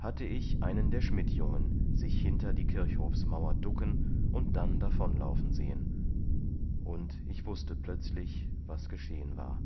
hatte ich einen der schmidt jungen sich hinter die kirchhofmauer ducken und dann davonlaufen sehen und ich wußte plötzlich was geschehen war